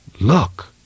Look